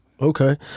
okay